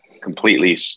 completely